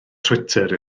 twitter